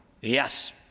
Yes